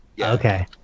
Okay